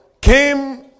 came